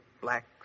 black